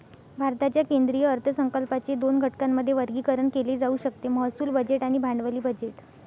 भारताच्या केंद्रीय अर्थसंकल्पाचे दोन घटकांमध्ये वर्गीकरण केले जाऊ शकते महसूल बजेट आणि भांडवली बजेट